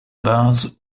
base